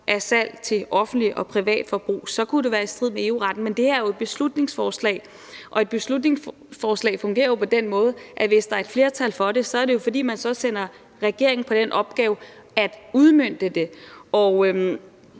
af salg til offentligt og privat forbrug, så kunne det være i strid med EU-retten. Men det her er jo et beslutningsforslag, og et beslutningsforslag fungerer på den måde, at hvis der er flertal for det, sender man regeringen på den opgave at udmønte det. Vi